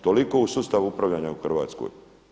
Toliko o sustavu upravljanja u Hrvatskoj.